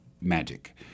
magic